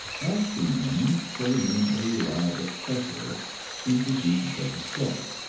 asking him for the name of a reliable specialist in diseases of the scalp.